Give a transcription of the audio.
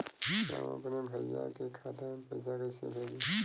हम अपने भईया के खाता में पैसा कईसे भेजी?